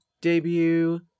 debut